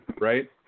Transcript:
right